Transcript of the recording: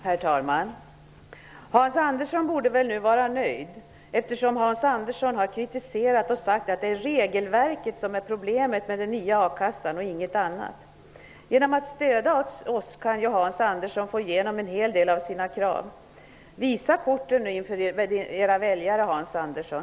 Herr talman! Hans Andersson borde väl nu vara nöjd, eftersom Hans Andersson har sagt att det är regelverket och inget annat som är problemet med den nya a-kassan. Genom att stödja vårt förslag kan Hans Andersson få igenom en hel del av sina krav. Visa korten inför era väljare nu, Hans Andersson!